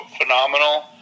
phenomenal